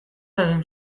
egin